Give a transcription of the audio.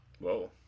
whoa